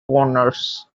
corners